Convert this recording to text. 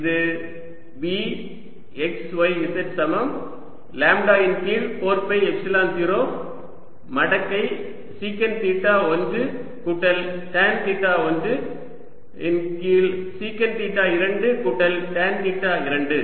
L→∞ 1yL2tan 1yL2tan 2y L2 இது V x y z சமம் lambda இன் கீழ் 4 பை எப்சிலன் 0 மடக்கை சீகண்ட் தீட்டா 1 கூட்டல் டான் தீட்டா 1 இன் கீழ் சீகண்ட் தீட்டா 2 கூட்டல் டான் தீட்டா 2